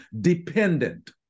dependent